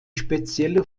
spezielle